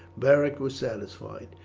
beric was satisfied.